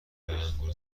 تلنگور